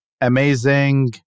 amazing